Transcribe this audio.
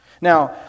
Now